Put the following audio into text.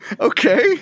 Okay